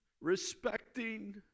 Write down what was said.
respecting